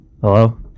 Hello